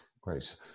Great